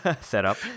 setup